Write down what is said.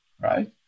right